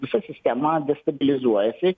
visa sistema destabilizuojasi